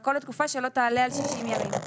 והכול לתקופה שלא תעלה על 60 ימים.